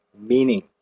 Meaning